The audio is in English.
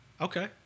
Okay